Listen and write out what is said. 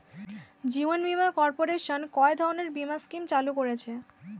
জীবন বীমা কর্পোরেশন কয় ধরনের বীমা স্কিম চালু করেছে?